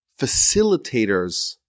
facilitators